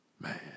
man